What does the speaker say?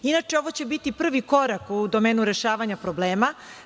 Inače, ovo će biti prvi korak u domenu rešavanja problema.